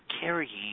carrying